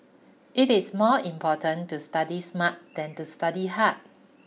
it is more important to study smart than to study hard